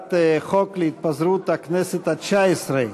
הצעת חוק התפזרות הכנסת התשע-עשרה,